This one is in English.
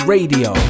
Radio